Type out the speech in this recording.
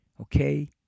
okay